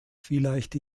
vielleicht